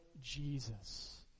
Jesus